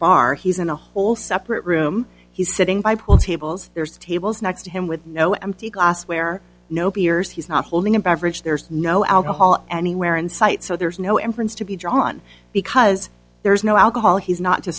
bar he's in a whole separate room he's sitting by pool tables there's tables next to him with no empty glassware no piers he's not holding a beverage there's no alcohol anywhere in sight so there's no inference to be drawn because there's no alcohol he's not